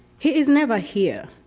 he is never here.